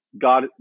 God